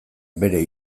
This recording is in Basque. bere